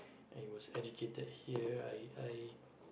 I was educated here I I